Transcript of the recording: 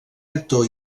actor